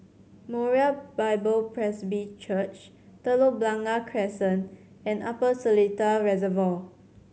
Moriah Bible Presby Church Telok Blangah Crescent and Upper Seletar Reservoir